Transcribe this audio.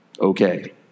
Okay